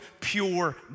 pure